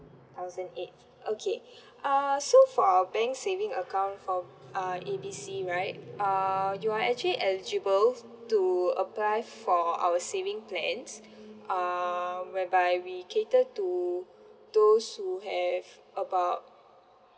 thousand eight okay uh so for our bank saving account from uh A B C right uh you are actually eligible to apply for our saving plans um whereby we cater to those who have about